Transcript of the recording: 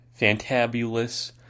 fantabulous